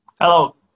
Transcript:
Hello